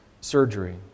surgery